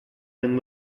been